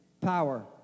power